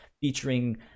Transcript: featuring